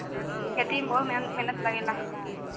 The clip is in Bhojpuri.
खेती में बहुते मेहनत लगेला